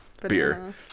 Beer